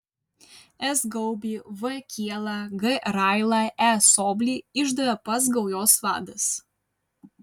s gaubį v kielą g railą e soblį išdavė pats gaujos vadas